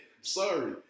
sorry